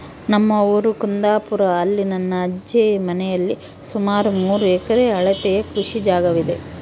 ನಮ್ಮ ಊರು ಕುಂದಾಪುರ, ಅಲ್ಲಿ ನನ್ನ ಅಜ್ಜಿ ಮನೆಯಲ್ಲಿ ಸುಮಾರು ಮೂರು ಎಕರೆ ಅಳತೆಯ ಕೃಷಿ ಜಾಗವಿದೆ